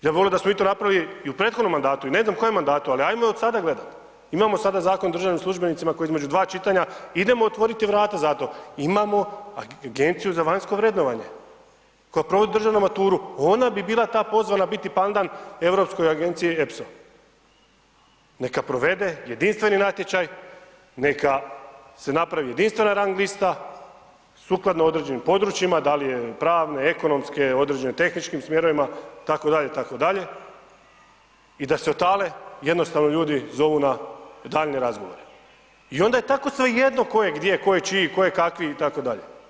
Ja bi volio da smo mi to napravili i u prethodnom mandatu i ne znam kojem mandatu, ali ajmo od sada gledat, imamo sada Zakon o državnim službenicima koji između dva čitanja, idemo otvoriti vrata za to, imamo Agenciju za vanjsko vrednovanje koja provodi državnu maturu, ona bi bila ta pozvana biti pandan Europskoj agenciji Epso, neka provede jedinstveni natječaj, neka se napravi jedinstvena rang lista sukladno određenim područjima, da li je pravne, ekonomske, određene tehničkim smjerovima itd., itd. i da se otale jednostavno ljudi zovu na daljnje razgovore i onda je tako svejedno tko je gdje, tko je čiji, tko je kakvi itd.